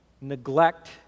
neglect